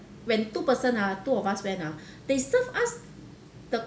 when two person ah two of us went ah they serve us the